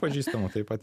pažįstamo taip pat